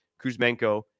Kuzmenko